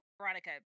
Veronica